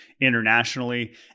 internationally